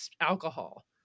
alcohol